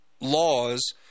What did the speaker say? laws